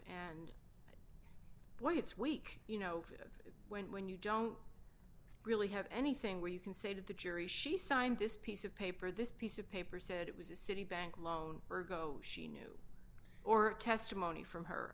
what it's weak you know of went when you don't really have anything where you can say to the jury she signed this piece of paper this piece of paper said it was a citibank loan ergo she knew or testimony from her